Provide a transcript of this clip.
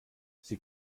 sie